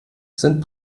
sind